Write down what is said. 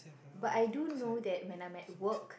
but I do know that when I'm at work